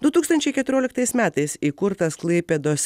du tūkstančiai keturioliktais metais įkurtas klaipėdos